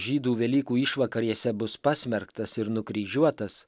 žydų velykų išvakarėse bus pasmerktas ir nukryžiuotas